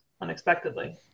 unexpectedly